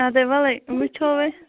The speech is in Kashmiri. اَدے ولے وٕچھو ہے